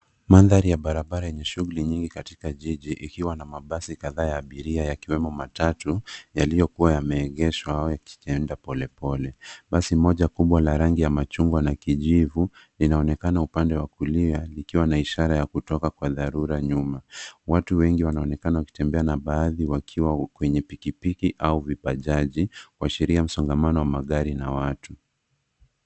Mandhari ya barabara yenye shughuli nyingi katika jiji ikiwa na mabasi kadhaa ya abiria yakiwemo matatu yaliyokuwa yameegeshwa ama yakienda polepole. Basi moja kubwa la rangi ya machungwa na kijivu linaonekana upande wa kulia likiwa na ishara ya kutoka kwa dharura nyuma. Watu wengi wanaonekana wakitembea na baadhi wakiwa kwenye pikipiki au vipajaji kushiria msongamano wa magari na watu.